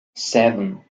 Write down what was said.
seven